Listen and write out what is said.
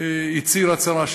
הצהיר הצהרה,